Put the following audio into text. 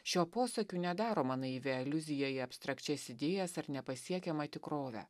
šiuo posakiu nedaroma naivi aliuzija į abstrakčias idėjas ar nepasiekiamą tikrovę